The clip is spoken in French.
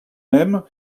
même